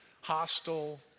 Hostile